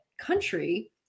country